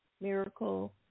Miracle